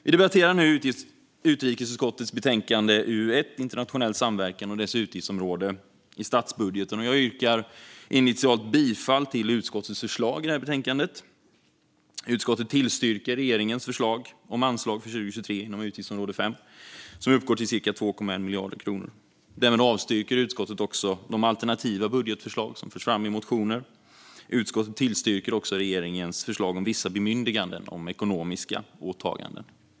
Vi debatterar nu utrikesutskottets betänkande UU1 Internationell samverkan och motsvarande utgiftsområde i statsbudgeten, och jag yrkar initialt bifall till utskottets förslag i betänkandet. Utskottet tillstyrker regeringens förslag om anslag för 2023 inom utgiftsområde 5, som uppgår till cirka 2,1 miljarder kronor. Därmed avstyrker utskottet också de alternativa budgetförslag som förts fram i motioner. Utskottet tillstyrker också regeringens förslag om vissa bemyndiganden om ekonomiska åtaganden.